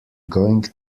going